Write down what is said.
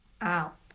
out